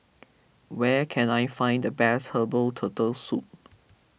where can I find the best Herbal Turtle Soup